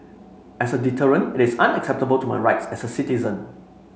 as a deterrent it is unacceptable to my rights as a citizen